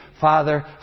Father